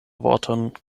vorton